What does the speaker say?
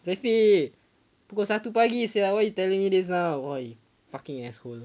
exactly pukul satu pagi sia why you telling me this now !wah! you fucking asshole